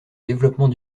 développement